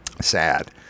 sad